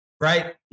right